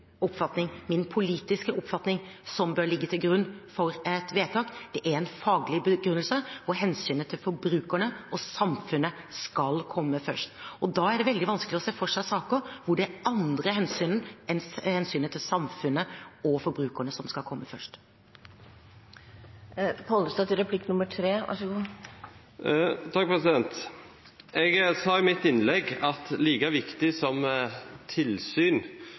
oppfatning, min politiske oppfatning, som bør ligge til grunn for et vedtak, det er en faglig begrunnelse, og hensynet til forbrukerne og samfunnet skal komme først. Da er det veldig vanskelig å se for seg saker hvor det er andre hensyn enn hensynet til samfunnet og forbrukerne som skal komme først. Jeg sa i mitt innlegg at like viktig som tilsyn